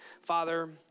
Father